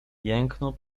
jęknął